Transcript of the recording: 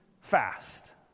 fast